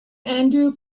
andrew